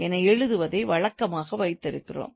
என எழுதுவதை வழக்கமாக வைத்திருக்கிறோம்